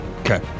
okay